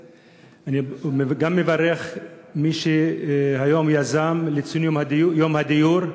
גם אני מברך את מי שיזם את ציון יום הדיור היום,